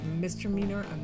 misdemeanor